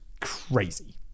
crazy